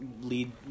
lead